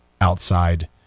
outside